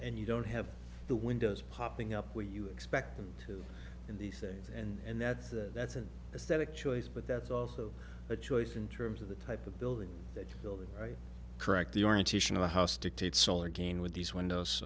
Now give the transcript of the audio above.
and you don't have the windows popping up where you expect them to in these days and that's the that's an aesthetic choice but that's also a choice in terms of the type of building that building correct the orientation of the house dictates solar gain with these windows